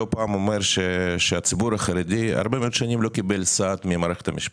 לא פעם אומר שהציבור החרדי הרבה מאוד שנים לא קיבל סעד ממערכת המשפט.